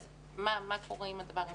אז מה קורה עם הדבר הזה.